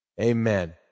Amen